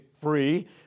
free